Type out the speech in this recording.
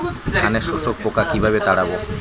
ধানে শোষক পোকা কিভাবে তাড়াব?